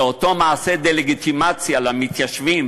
מאותו מעשה דה-לגיטימציה למתיישבים,